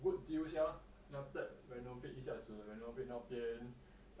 good deal sia then after that renovate 一下子 renovate 那边